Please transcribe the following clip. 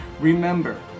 Remember